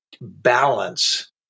balance